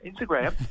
Instagram